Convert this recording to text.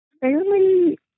fairly